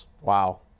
Wow